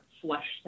flesh